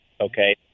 okay